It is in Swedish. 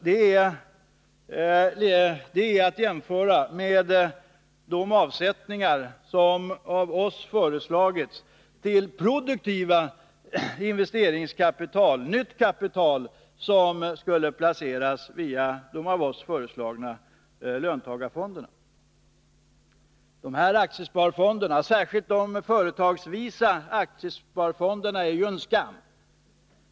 Det är att jämföra med de avsättningar som av oss föreslagits till produktivt investeringskapital, nytt kapital, som skulle placeras via löntagarfonderna. Särskilt de företagsvisa aktiesparfonderna är en skam.